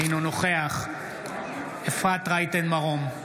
אינו נוכח אפרת רייטן מרום,